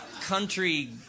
country